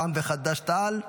רע"ם וחד"ש-תע"ל.